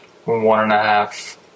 one-and-a-half